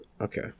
Okay